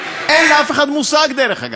אין לאף אחד מושג, דרך אגב.